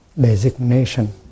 designation